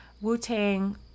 Wu-Tang